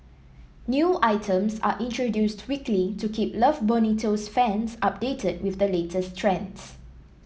new items are introduced weekly to keep Love Bonito's fans updated with the latest trends